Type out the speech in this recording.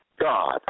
God